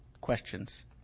questions